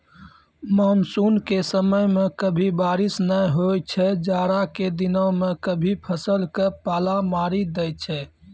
monsoon के समय मॅ कभी बारिश नाय होय छै, जाड़ा के दिनों मॅ कभी फसल क पाला मारी दै छै